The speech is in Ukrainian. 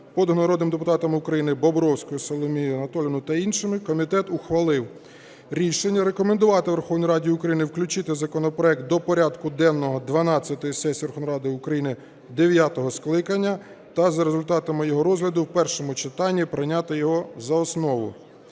народним депутатом Бобровською Соломією Анатоліївною та іншими, комітет ухвалив рішення рекомендувати Верховній Раді України включити законопроект до порядку денного дванадцятої сесії Верховної Ради України дев'ятого скликання та за результатами його розгляду в першому читанні прийняти його за основу,